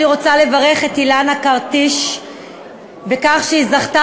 אני רוצה לברך את אילנה קרטיש על כך שהיא זכתה